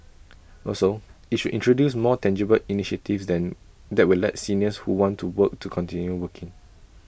also IT should introduce more tangible initiatives than that will let seniors who want to work to continue working